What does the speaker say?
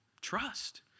trust